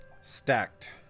Stacked